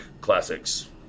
classics